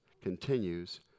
continues